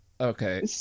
okay